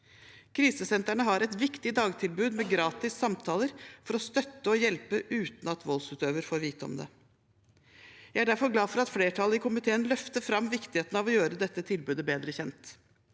Krisesentrene har et viktig dagtilbud med gratis samtaler for å støtte og hjelpe uten at voldsutøver får vite om det. Jeg er derfor glad for at flertallet i komiteen løfter fram viktigheten av å gjøre dette tilbudet bedre kjent,